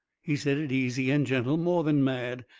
he said it easy and gentle, more than mad.